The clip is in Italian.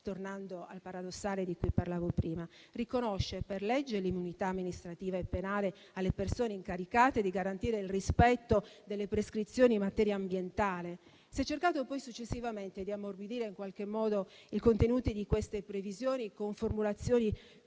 tornando al paradossale di cui parlavo prima? Riconosce per legge l'immunità amministrativa e penale alle persone incaricate di garantire il rispetto delle prescrizioni in materia ambientale. Si è cercato poi successivamente di ammorbidire in qualche modo i contenuti di queste previsioni con formulazioni